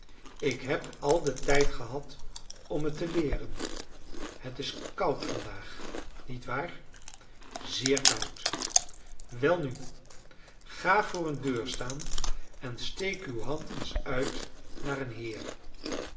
ik heb al den tijd gehad om het te leeren het is koud vandaag niet waar zeer koud welnu ga voor een deur staan en steek uw hand eens uit naar een heer